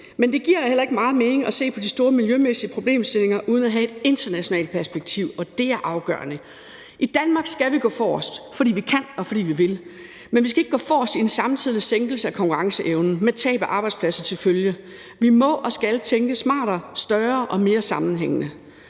Men det giver heller ikke meget mening at se på de store miljømæssige problemstillinger uden at have et internationalt perspektiv, og det er afgørende. I Danmark skal vi gå forrest, fordi vi kan, og fordi vi vil, men vi skal ikke gå forrest i en samtidig sænkelse af konkurrenceevnen med tab af arbejdspladser til følge. Vi må og skal tænke smartere, større og mere sammenhængende.